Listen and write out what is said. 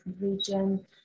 region